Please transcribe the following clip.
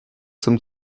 zum